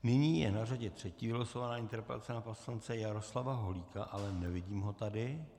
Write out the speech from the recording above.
Nyní je na řadě třetí vylosovaná interpelace pana poslance Jaroslava Holíka, ale nevidím ho tady.